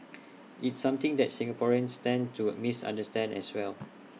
it's something that Singaporeans tend to misunderstand as well